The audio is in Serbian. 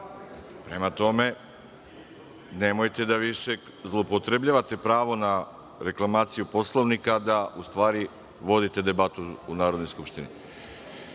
Prema tome, nemojte više da zloupotrebljavate pravo na reklamaciju Poslovnika, a da u stvari vodite debatu u Narodnoj skupštini. Povreda